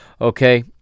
okay